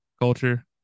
culture